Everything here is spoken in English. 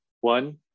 One